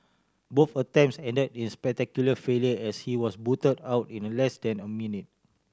both attempts ended in spectacular failure as he was booted out in less than a minute